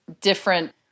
different